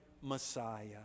Messiah